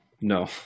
No